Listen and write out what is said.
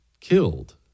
killed